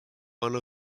one